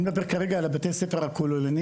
אני מדבר כרגע על בתי הספר הכוללניים.